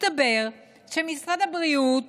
מסתבר שמשרד הבריאות